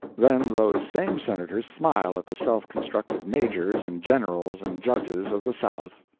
then those same senators smile at the self-constructed majors and generals and judges of the south!